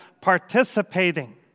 participating